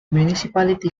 municipality